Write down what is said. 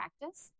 Practice